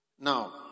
Now